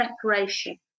preparation